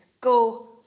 go